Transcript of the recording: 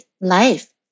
life